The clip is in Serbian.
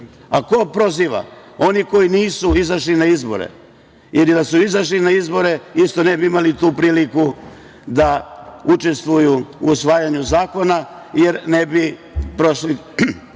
Ko proziva? Oni koji nisu izašli na izbore ili da su izašli na izbore, isto ne bi imali tu priliku da učestvuju u usvajanju zakona, jer ne bi imali